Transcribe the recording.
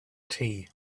tea